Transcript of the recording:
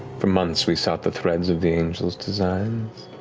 for months, we sought the threads of the angel's designs.